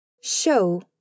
show